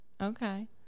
okay